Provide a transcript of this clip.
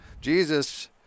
jesus